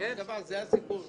זה הסיפור פה.